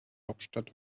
hauptstadt